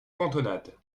cantonade